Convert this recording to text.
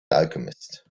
alchemist